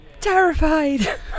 terrified